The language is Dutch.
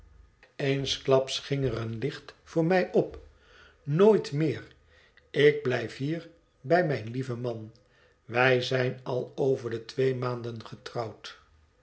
ging er een licht voor mij op nooit meer ik blijf hier bij mijn lieven man wij zijn al over de twee maanden getrouwd